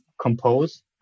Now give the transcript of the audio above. compose